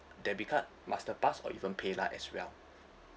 debit card masterpass or even paylah as well